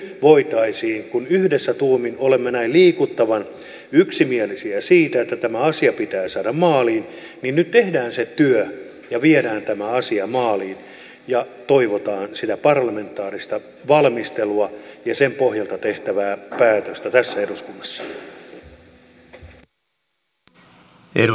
nyt kun yhdessä tuumin olemme näin liikuttavan yksimielisiä siitä että tämä asia pitää saada maaliin tehdään se työ ja viedään tämä asia maaliin ja toivotaan sitä parlamentaarista valmistelua ja sen pohjalta tehtävää päätöstä tässä eduskunnassa